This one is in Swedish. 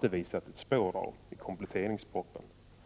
det inte ett spår av i kompletteringspropositionen.